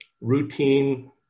routine